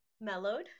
mellowed